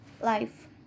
life